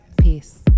peace